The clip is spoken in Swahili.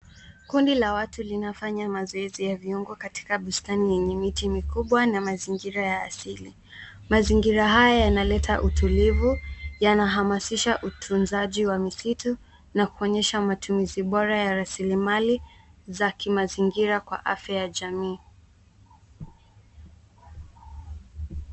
Kundi la watu linafanya mazoezi ya viungo katika bustani yenye miti mikubwa na mazingira ya asili. Mazingira haya yanaleta utulivu, yanahamasisha utunzaji wa misitu na kuonyesha matumizi bora ya rasilimali za kimazingira kwa afya ya jamii.